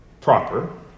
proper